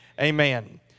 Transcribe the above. Amen